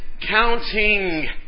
counting